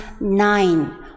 nine